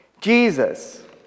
Jesus